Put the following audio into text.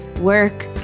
work